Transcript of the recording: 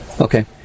Okay